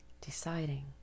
Deciding